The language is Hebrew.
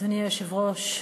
אדוני היושב-ראש,